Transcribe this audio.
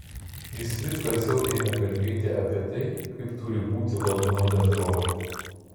jis vis garsiau ėmė kalbėti apie tai kaip turi būti valdoma bendrovė